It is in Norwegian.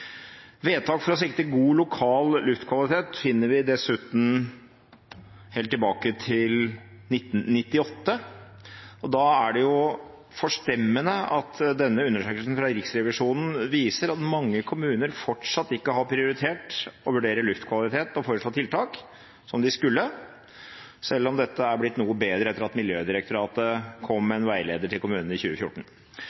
Vedtak for å sikre god lokal luftkvalitet finner vi dessuten helt tilbake til 1998, og da er det forstemmende at denne undersøkelsen fra Riksrevisjonen viser at mange kommuner fortsatt ikke har prioritert å vurdere luftkvalitet og å foreslå tiltak, som de skulle, selv om dette er blitt noe bedre etter at Miljødirektoratet kom